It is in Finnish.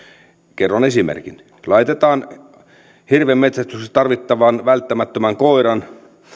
kerron esimerkin laitetaan hirvenmetsästyksessä tarvittavan välttämättömän koiran